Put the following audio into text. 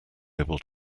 able